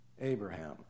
Abraham